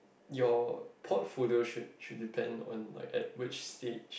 your portfolio should should depend on like at which stage